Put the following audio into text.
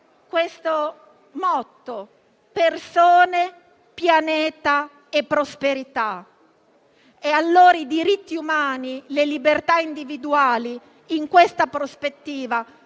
seguente motto: persone, pianeta e prosperità. I diritti umani e le libertà individuali, in questa prospettiva,